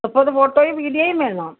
മുപ്പത് ഫോട്ടോയും വീഡിയോയും വേണം